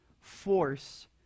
force